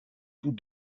tous